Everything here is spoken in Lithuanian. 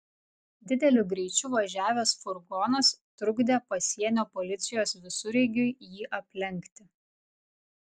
dideliu greičiu važiavęs furgonas trukdė pasienio policijos visureigiui jį aplenkti